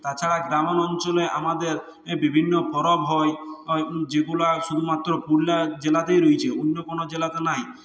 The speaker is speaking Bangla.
তাছাড়া গ্রামীণ অঞ্চলে আমাদের বিভিন্ন পরব হয় হয় যেগুলো শুধুমাত্র পুরুলিয়া জেলাতেই রয়ছে অন্য কোনও জেলাতে নেই